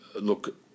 look